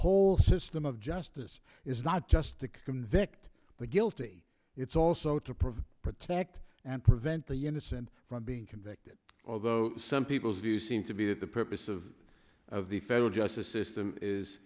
whole system of justice is not just to convict the guilty it's also to provide protect and prevent the unison from being convicted although some people's view seems to be that the purpose of of the federal justice system is